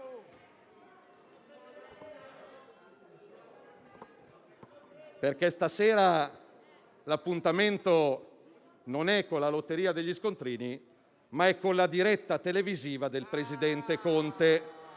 perché stasera l'appuntamento non è con la lotteria degli scontrini, ma con la diretta televisiva del presidente Conte.